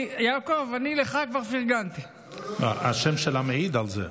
יעקב, לך אני כבר פרגנתי, השם שלה מעיד על זה.